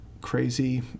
crazy